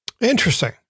Interesting